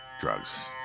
Drugs